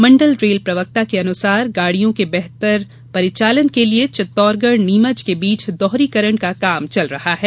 मंडल rail प्रवक्ता के अनुसार गाड़ियो के बेहतर परिचालन के लिए चित्तौड़गढ़ नीमच के बीच दोहरीकरण का कार्य चल रहा है